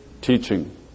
teaching